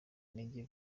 intege